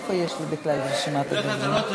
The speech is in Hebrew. בדרך כלל אתה לא טועה,